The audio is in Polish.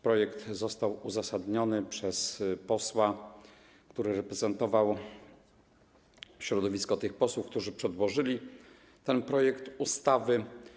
Projekt został uzasadniony przez posła, który reprezentował środowisko posłów, którzy przedłożyli ten projekt ustawy.